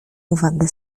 uwagę